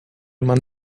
man